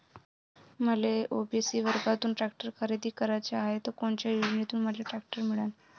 मले ओ.बी.सी वर्गातून टॅक्टर खरेदी कराचा हाये त कोनच्या योजनेतून मले टॅक्टर मिळन?